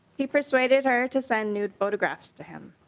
he persuaded her to send new photographs to him.